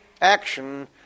action